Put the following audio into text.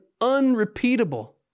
unrepeatable